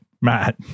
Matt